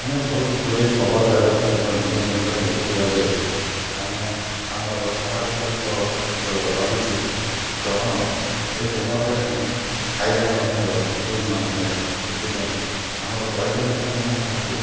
ଆମେ ବହୁତ ଗୁଡ଼ିଏ ଖବରକାଗଜ ଆମ ନ୍ୟୁଜ୍ ଚ୍ୟାନେଲ୍ ଦେଖିଥିବା ଯେ ଆମେ ଆମର ପାରମ୍ପରିକ ଯେଉଁ ରହିଛି ଗ୍ରହଣ ସେଇ ଗ୍ରହଣରେ ଆମେ ଖାଇବା ମଧ୍ୟ ଭୁଲ ମାନାଯାଏ ସେଥିପାଇଁ ଆମର ବୈଜ୍ଞାନିକମାନେ ତାହାକୁ